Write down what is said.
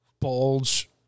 bulge